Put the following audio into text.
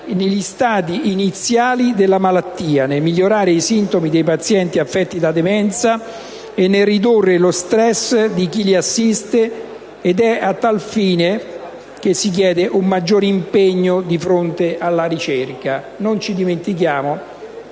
negli stadi iniziali della malattia, nel migliorare i sintomi dei pazienti affetti da demenza e nel ridurre lo stress di chi li assiste. È a tal fine che si chiede un maggior impegno sul fronte della ricerca. Non dimentichiamo